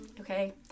Okay